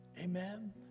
amen